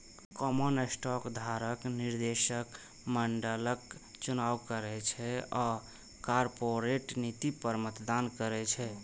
common stock धारक निदेशक मंडलक चुनाव करै छै आ कॉरपोरेट नीति पर मतदान करै छै